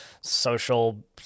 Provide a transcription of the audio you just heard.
social